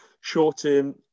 short-term